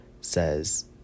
says